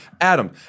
Adam